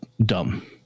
dumb